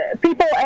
people